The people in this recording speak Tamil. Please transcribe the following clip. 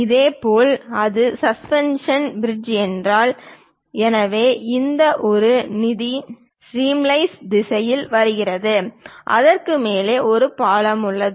இதேபோல் அது சஸ்பென்ஷன் பிரிட்ஜ் என்றால் எனவே இங்கே இது நதி ஸ்ட்ரீம்வைஸ் திசையில் வருகிறது அதற்கு மேலே ஒரு பாலம் உள்ளது